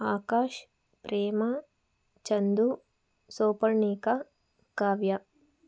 Akash Prema Chandu Souparnika Kavya